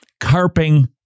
carping